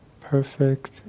perfect